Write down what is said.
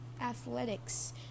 athletics